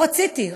לא רציתי.